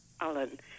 Alan